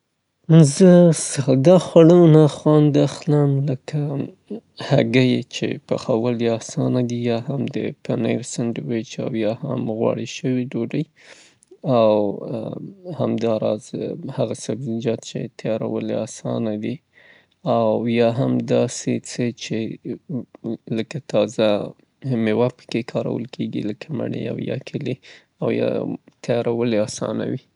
زما په نظر خواړه چه په اسانه پخیږي هغه هګي دي همیشه خصوصان که چیرته بانجان رومیو کې پخې شي بهرته یې او پخیدل یې ډیر اسانه کار دی هیڅ داسې څه شي ته ضرورت نلري چه هغه د ډیر مشکل یې، ډیر ساده او اسان دي